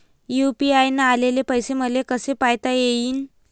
UPI न आलेले पैसे मले कसे पायता येईन?